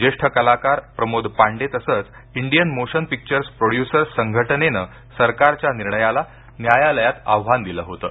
ज्येष्ठ कलाकार प्रमोद पांडे तसंच इंडियन मोशन पिक्चर्स प्रोड्यु्सर्स संघटनेनं सरकारच्या निर्णयाला न्यायालयात आव्हान दिलं होतं